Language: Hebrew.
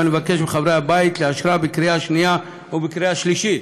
ואני מבקש מחברי הבית לאשרה בקריאה שנייה ובקריאה שלישית.